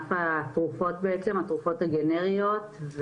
ענף התרופות הגנריות.